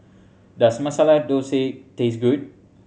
does Masala Dosa taste good